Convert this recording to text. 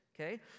Okay